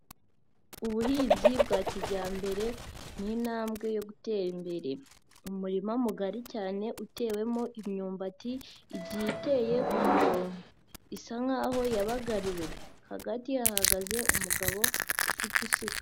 Ubuhinzi bwa kijyambere ni intambwe yo gutera imbere, umurima mugari cyane utewemo imyumbati igiye iteye ku murongo isa nkaho yabagariwe, hagati hahagaze umugabo ufite isuka.